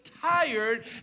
tired